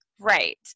Right